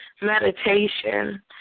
meditation